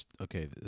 okay